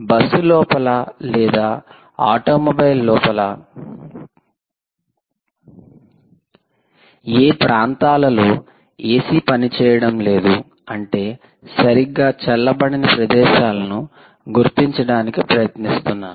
bus లోపల లేదా automobile లోపల ఏ ప్రాంతాలలో ఎసి పనిచేయడం లేదు అంటే సరిగ్గా చల్లబడని ప్రదేశాలను గుర్తించడానికి ప్రయత్నిస్తున్నాను